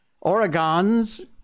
Oregon's